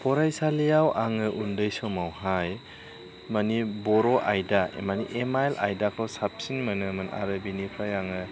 फरायसालियाव आङो उन्दै समावहाय मानि बर' आयदा माने एम आइल आइदाखौ साबसिन मोनोमोन आरो बेनिफ्राय आङो